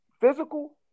Physical